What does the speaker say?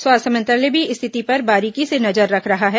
स्वास्थ्य मंत्रालय भी स्थिति पर बारीकी से नजर रख रहा है